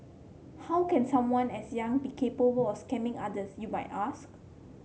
how can someone as young be capable of scamming others you might ask